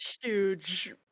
huge